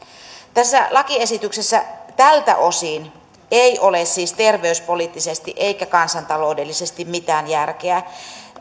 tässä lakiesityksessä tältä osin ei ole siis terveyspoliittisesti eikä kansantaloudellisesti mitään järkeä